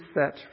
set